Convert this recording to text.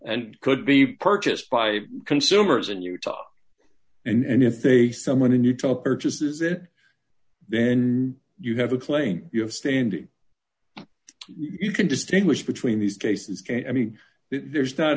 and could be purchased by consumers in utah and if they someone in utah purchases it then you have a claim you have standing you can distinguish between these cases i mean there's not